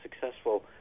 successful